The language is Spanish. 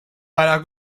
para